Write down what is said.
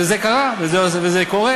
וזה קרה וזה קורה.